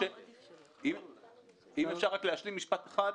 אם אפשר רק להשלים משפט אחד.